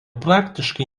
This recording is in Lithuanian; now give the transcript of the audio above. praktiškai